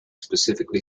specifically